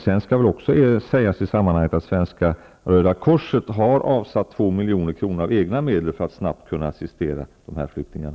Sedan skall det sägas i sammanhanget att Svenska Röda korset har avsatt två miljoner av egna medel för att snabbt kunna assistera flyktingarna.